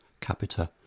Capita